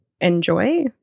enjoy